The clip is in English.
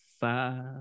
five